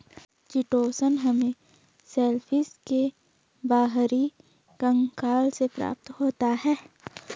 chitosan हमें shellfish के बाहरी कंकाल से प्राप्त होता है